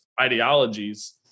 ideologies